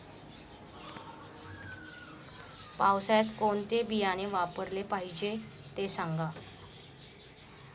पावसाळ्यात कोणते बियाणे वापरले पाहिजे ते सांगा